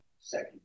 second